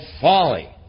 folly